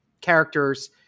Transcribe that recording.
characters